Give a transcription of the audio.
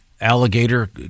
alligator